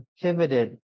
pivoted